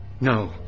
No